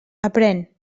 aprén